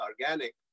organic